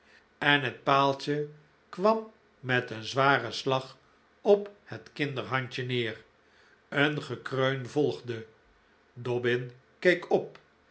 en het paaltje kwam met een zwaren slag op het kinderhandje neer een gekreun volgde dobbin keek op